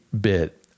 bit